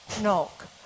knock